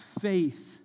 faith